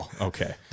Okay